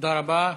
תודה רבה.